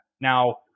Now